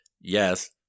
yes